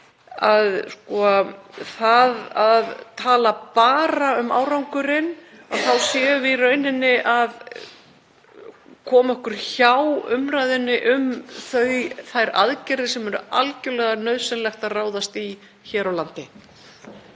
að með því að tala bara um árangurinn séum við í rauninni að koma okkur hjá umræðunni um þær aðgerðir sem er algerlega nauðsynlegt að ráðast í hér á landi.